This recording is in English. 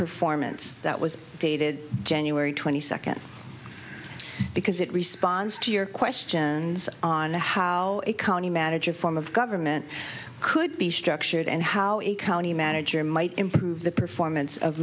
performance that was dated january twenty second because it responds to your questions on how a county manager form of government could be structured and how a county manager might improve the performance of